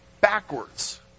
Backwards